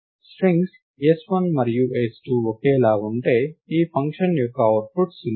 strings s1 మరియు s2 ఒకేలా ఉంటే ఈ ఫంక్షన్ యొక్క అవుట్పుట్ 0